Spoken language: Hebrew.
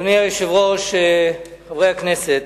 אדוני היושב-ראש, חברי הכנסת,